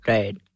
Right